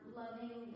loving